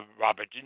Robert